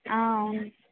ఆవును